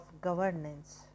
governance